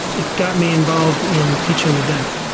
it got me involved in teaching the deaf.